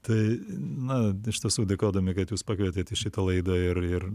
tai na iš tiesų dėkodami kad jūs pakvietėt į šitą laidą ir ir